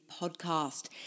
podcast